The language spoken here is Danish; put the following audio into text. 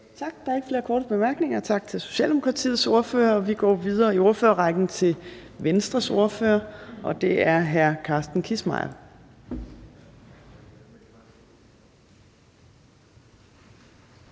Torp): Der er ikke flere korte bemærkninger. Tak til Socialdemokratiets ordfører. Vi går videre i ordførerrækken til Venstres ordfører, og det er hr. Carsten Kissmeyer.